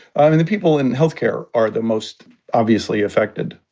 i mean, the people in health care are the most obviously affected.